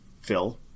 Phil